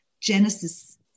Genesis